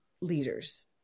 leaders